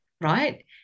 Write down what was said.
Right